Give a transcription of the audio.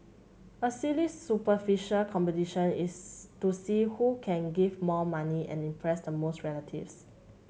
a silly superficial competition is to see who can give more money and impress the most relatives